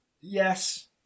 Yes